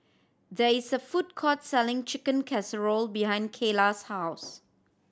there is a food court selling Chicken Casserole behind Kaylah's house